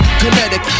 kinetic